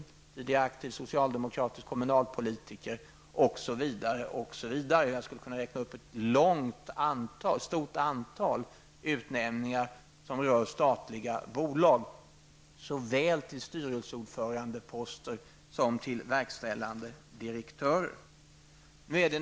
Han var tidigare aktiv socialdemokratisk kommunalpolitiker osv. Jag skulle kunna räkna upp ett stort antal utnämningar, som rör statliga bolag, såväl till styrelseordförandeposter som till verkställande direktörer.